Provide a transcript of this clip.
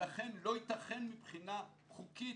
ולכן לא ייתכן מבחינה חוקית